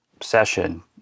session